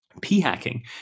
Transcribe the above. p-hacking